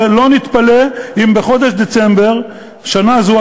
ולא נתפלא אם בחודש דצמבר שנה זו,